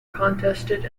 contested